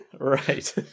Right